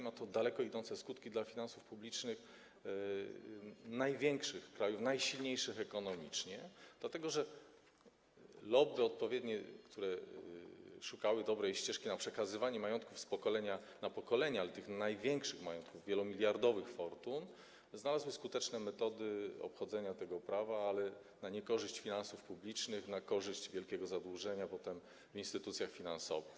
Ma to daleko idące skutki dla finansów publicznych największych krajów, najsilniejszych ekonomicznie, dlatego że odpowiednie lobby, które szukało dobrej ścieżki na przekazywanie majątków z pokolenia na pokolenie, ale tych największych majątków, wielomiliardowych fortun, znalazły skuteczne metody obchodzenia tego prawa, ale na niekorzyść finansów publicznych, na korzyść wielkiego zadłużenia potem w instytucjach finansowych.